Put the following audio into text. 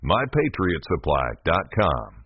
MyPatriotSupply.com